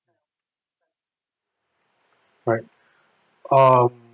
right um